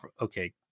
Okay